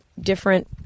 different